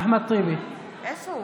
(קוראת בשמות חברי הכנסת) אחמד טיבי, אינו